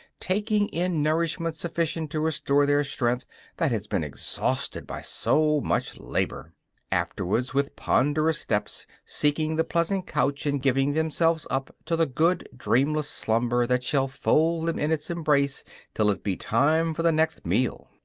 taking in nourishment sufficient to restore their strength that has been exhausted by so much labor afterwards, with ponderous steps, seeking the pleasant couch and giving themselves up to the good, dreamless slumber that shall fold them in its embrace till it be time for the next meal.